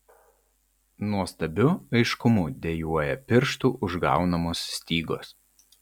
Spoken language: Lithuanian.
nuostabiu aiškumu dejuoja pirštų užgaunamos stygos